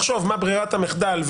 לחשוב מה ברירת המחדל,